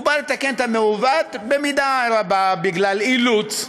הוא בא לתקן את המעוות במידה רבה בגלל אילוץ,